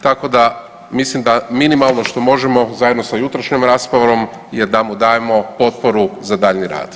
Tako da mislim da minimalno što možemo zajedno sa jutrošnjom raspravom je da mu dajemo potporu za daljnji rad.